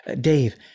Dave